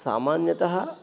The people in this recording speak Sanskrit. सामान्यतः